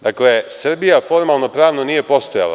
Dakle, Srbija formalno-pravno nije postojala.